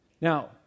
Now